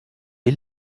est